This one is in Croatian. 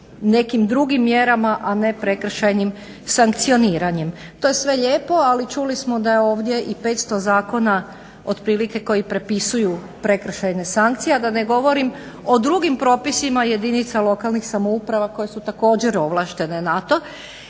nekim drugim mjerama a ne prekršajnim sankcioniranjem. To je sve lijepo ali čuli smo da je ovdje i 500 zakona otprilike koji prepisuju prekršajne sankcije a da ne govorim o drugim propisima jedinica lokalnih samouprava koje su također ovlaštene na